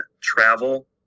travel